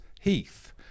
Heath